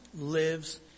lives